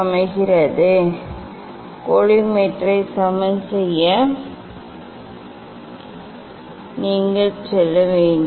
நீங்கள் செய்ய வேண்டிய தொலைநோக்கியை சமன் செய்த பிறகு அடுத்ததுகோலிமேட்டரை சமன் செய்ய நீங்கள் செல்ல வேண்டும்